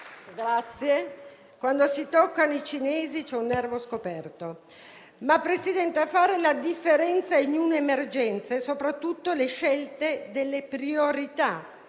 Grazie, quando si toccano i cinesi c'è un nervo scoperto. Signor Presidente del Consiglio, a fare la differenza in un'emergenza sono soprattutto le scelte sulle priorità